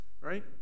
right